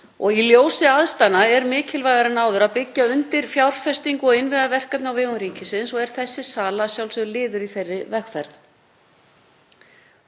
Í ljósi aðstæðna er mikilvægara en áður að byggja undir fjárfestingu og innviðaverkefni á vegum ríkisins og er þessi sala að sjálfsögðu liður í þeirri vegferð.